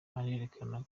arerekana